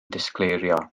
disgleirio